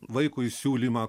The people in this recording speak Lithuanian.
vaikui siūlymą